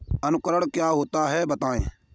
अंकुरण क्या होता है बताएँ?